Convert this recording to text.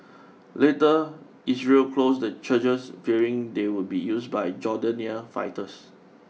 later Israel closed the churches fearing they would be used by Jordanian fighters